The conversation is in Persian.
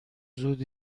زود